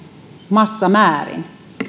massamäärin